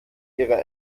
ihrer